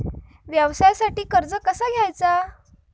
व्यवसायासाठी कर्ज कसा घ्यायचा?